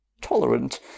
tolerant